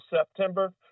September